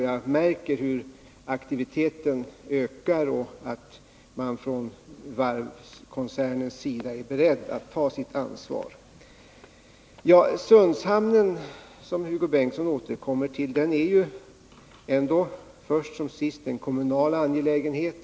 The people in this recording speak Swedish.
Jag märker att aktiviteten ökar och att man från varvskoncernens sida är beredd att ta sitt ansvar. Sundshamnen, som Hugo Bengtsson återkommer till, är först som sist en kommunal angelägenhet.